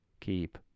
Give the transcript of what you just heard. keep